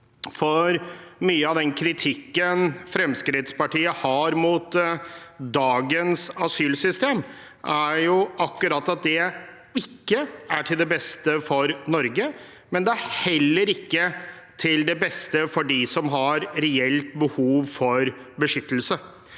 for mye av den kritikken Fremskrittspartiet har mot dagens asylsystem, er akkurat at det ikke er til det beste for Norge, men det er heller ikke til det beste for dem som har reelt behov for beskyttelse.